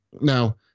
now